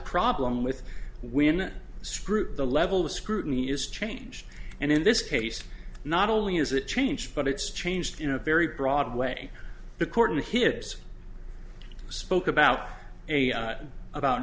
problem with when a screw the level of scrutiny is changed and in this case not only has it changed but it's changed in a very broad way the court in the hips spoke about a about